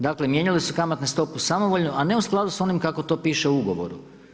Dakle, mijenjali su kamatnu stopu samovoljno, a ne u skladu sa onim kako to piše u ugovoru.